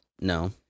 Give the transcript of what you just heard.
No